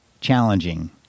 challenging